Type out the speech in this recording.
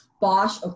Bosch